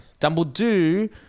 Dumbledore